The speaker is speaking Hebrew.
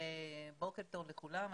בוקר טוב לכולם.